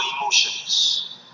emotions